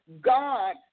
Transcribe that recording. God